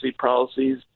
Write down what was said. policies